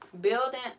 Building